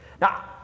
Now